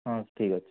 ହଁ ଠିକ୍ ଅଛି